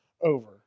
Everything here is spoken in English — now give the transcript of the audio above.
over